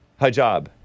Hijab